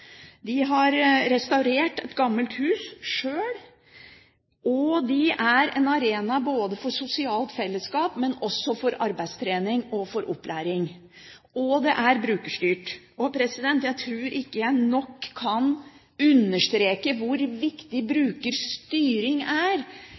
er en arena for sosialt fellesskap, men også for arbeidstrening og opplæring. Og det er brukerstyrt. Jeg tror ikke jeg kan understreke nok hvor viktig